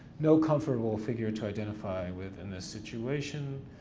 no comfortable figure to identify with in this situation.